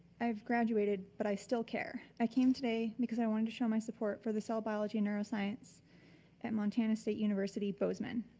i've graduated but i still care. i came today because i want to show my support for the cell biology and neuroscience at montana state university, bozeman.